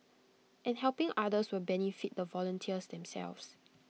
and helping others will benefit the volunteers themselves